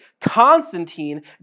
Constantine